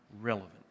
relevant